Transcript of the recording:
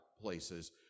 places